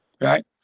Right